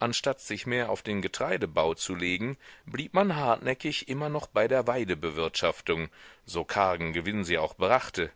anstatt sich mehr auf den getreidebau zu legen blieb man hartnäckig immer noch bei der weidebewirtschaftung so kargen gewinn sie auch brachte